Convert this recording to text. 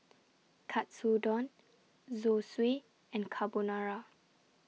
Katsudon Zosui and Carbonara